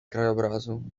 krajobrazu